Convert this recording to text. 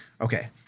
Okay